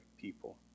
people